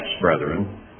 brethren